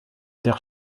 der